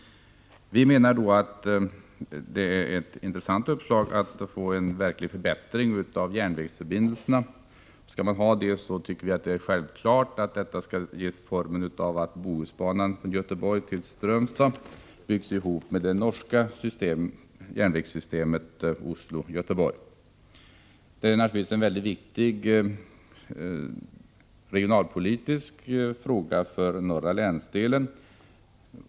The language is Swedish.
Vi menar att det är ett intressant uppslag att få en verklig förbättring av järnvägsförbindelserna. Självfallet bör den i så fall ges formen av att Bohusbanan från Göteborg till Strömstad byggs ihop med det norska järnvägssystemet Oslo-Göteborg. Detta är en mycket viktig regionalpolitisk fråga för norra länsdelen.